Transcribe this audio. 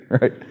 Right